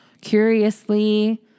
curiously